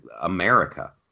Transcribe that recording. America